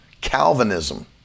Calvinism